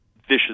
vicious